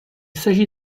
s’agit